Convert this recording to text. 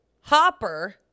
Hopper